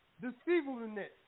deceitfulness